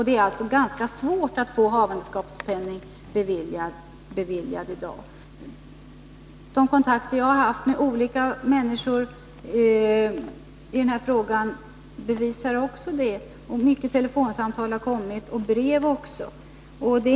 Det är sålunda ganska svårt i dag att få havandeskapspenning beviljad. De kontakter jag har haft med olika människor i den här frågan bevisar också det. Många telefonsamtal har kommit, och även brev.